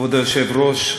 כבוד היושב-ראש,